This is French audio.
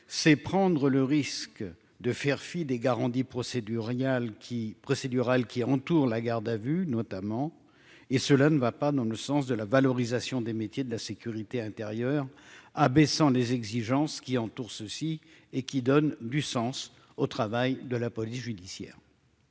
c'est prendre le risque de faire fi des gares Andy procès du Real qui procédurale qui entoure la garde à vue notamment, et cela ne va pas dans le sens de la valorisation des métiers de la sécurité intérieure, abaissant les exigences qui entourent ceci et qui donne du sens au travail de la police judiciaire.